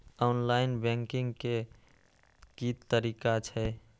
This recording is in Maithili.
ऑनलाईन बैंकिंग के की तरीका छै?